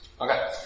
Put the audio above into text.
Okay